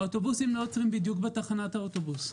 האוטובוסים לא עוצרים בדיוק בתחנת האוטובוס,